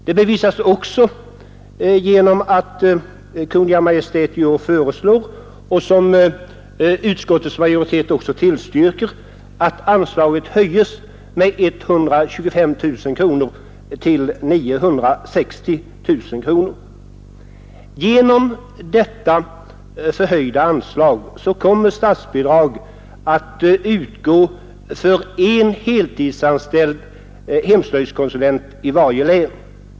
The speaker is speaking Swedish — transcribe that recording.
Det bevisas också genom att Kungl. Maj:t i år föreslår och utskottets majoritet tillstyrker att anslaget höjs med 135 000 kronor till 960 000 kronor. Genom detta förhöjda anslag kommer statsbidrag att utgå för en heltidsanställd hemslöjdskonsulent i varje län.